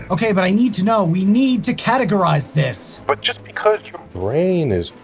okay. but i need to know. we need to categorize this. but just because your brain is.